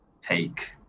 take